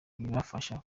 ibafasha